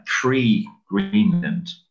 pre-Greenland